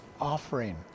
offering